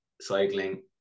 cycling